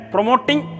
Promoting